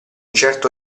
certo